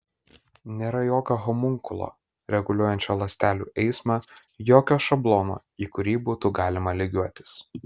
nėra jokio homunkulo reguliuojančio ląstelių eismą jokio šablono į kurį būtų galima lygiuotis